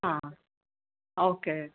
ಹಾಂ ಓಕೆ